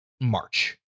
March